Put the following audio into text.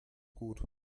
gut